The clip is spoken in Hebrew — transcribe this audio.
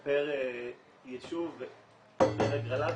זה פר יישוב ופר הגרלה,